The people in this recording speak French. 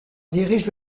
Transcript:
dirige